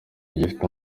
gifite